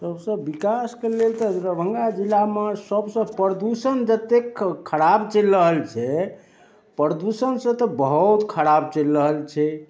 सबसँ विकासके लेल तऽ दरभङ्गा जिलामे सबसँ प्रदूषण जतेक खराब चलि रहल छै प्रदूषणसँ तऽ बहुत खराब चलि रहल छै